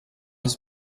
his